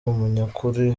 umunyakuri